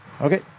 okay